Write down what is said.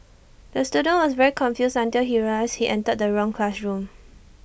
the student was very confused until he realised he entered the wrong classroom